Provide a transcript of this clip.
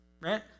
Right